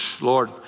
Lord